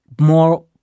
more